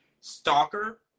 stalker